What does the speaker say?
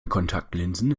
kontaktlinsen